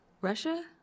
Russia